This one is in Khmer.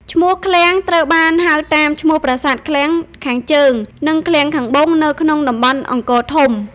ឈ្មោះ "ឃ្លាំង" ត្រូវបានហៅតាមឈ្មោះប្រាសាទឃ្លាំងខាងជើង និងឃ្លាំងខាងត្បូងនៅក្នុងតំបន់អង្គរធំ។